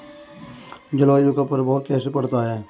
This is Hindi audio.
जलवायु का प्रभाव कैसे पड़ता है?